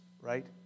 right